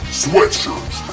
sweatshirts